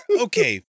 okay